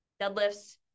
Deadlifts